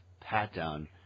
pat-down